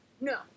No